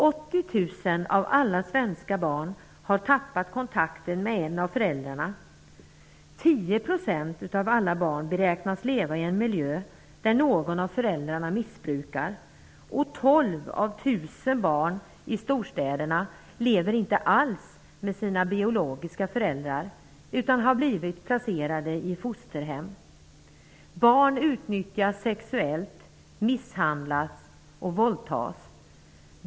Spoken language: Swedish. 80 000 svenska barn har tappat kontakten med en av föräldrarna. 10 % av alla barn beräknas leva i en miljö där någon av föräldrarna missbrukar. 12 av 1 000 barn i storstäderna lever inte alls med sina biologiska föräldrar utan har blivit placerade i fosterhem. Barn utnyttjas sexuellt, misshandlas och våldtas.